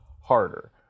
harder